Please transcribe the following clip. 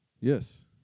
Yes